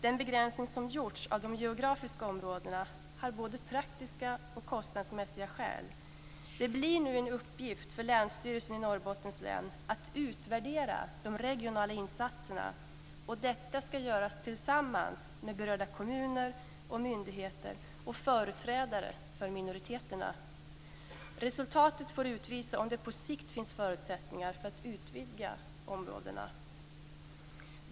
Den begränsning som gjorts av de geografiska områdena har både praktiska och kostnadsmässiga skäl. Det blir nu en uppgift för Länsstyrelsen i Norrbottens län att utvärdera de regionala insatserna. Detta ska göras tillsammans med berörda kommuner, myndigheter och företrädare för minoriteterna. Resultatet får utvisa om det på sikt finns förutsättningar för att utvidga områdena.